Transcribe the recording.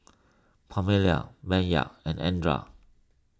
Permelia Bayard and andra